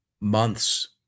months